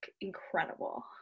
incredible